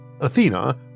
Athena